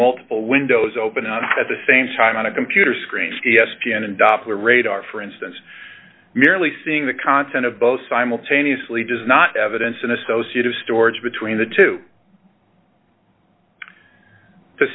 multiple windows open up at the same time on a computer screen c s p n and doppler radar for instance merely seeing the content of both simultaneously does not evidence an associate of storage between the two to